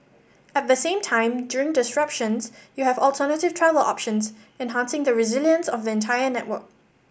at the same time during disruptions you have alternative travel options enhancing the resilience of entire network